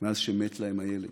מאז שמת להם הילד.